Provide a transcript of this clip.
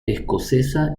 escocesa